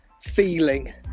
feeling